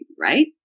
right